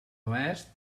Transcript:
oest